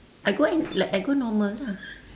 I go in like I go normal lah